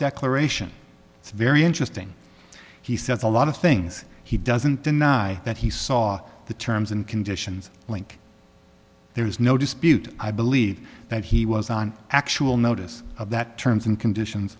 declaration it's very interesting he says a lot of things he doesn't deny that he saw the terms and conditions link there is no dispute i believe that he was on actual notice of that terms and conditions